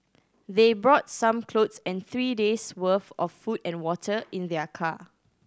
they brought some clothes and three days' worth of food and water in their car